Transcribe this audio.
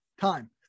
time